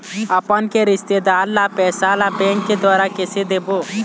अपन के रिश्तेदार ला पैसा ला बैंक के द्वारा कैसे देबो?